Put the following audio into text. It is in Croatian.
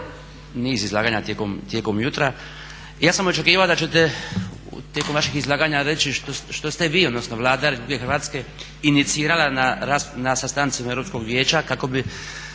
niz izlaganja tijekom jutra, ja sam očekivao da ćete tijekom vaših izlaganja reći što ste vi, odnosno Vlada Republike Hrvatske inicirala na sastancima Europskog vijeća kako bi